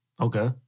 Okay